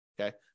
okay